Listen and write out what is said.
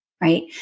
Right